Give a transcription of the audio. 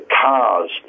cars